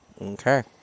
Okay